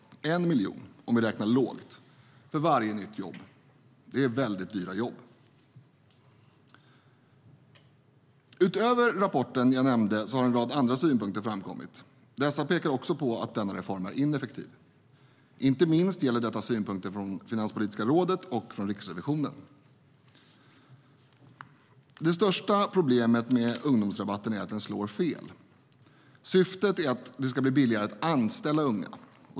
1 miljon, om vi räknar lågt, för varje nytt jobb! Det är väldigt dyra jobb. Utöver rapporten jag nämnde har en rad andra synpunkter framkommit. Dessa pekar också på att denna reform är ineffektiv. Inte minst gäller detta synpunkter från Finanspolitiska rådet och från Riksrevisionen. Det största problemet med ungdomsrabatten är att den slår fel. Syftet är att det ska bli billigare att anställa unga.